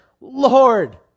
Lord